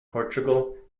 portugal